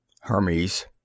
Hermes